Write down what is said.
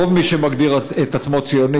רוב מי שמגדיר את עצמו ציוני,